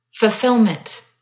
Fulfillment